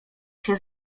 się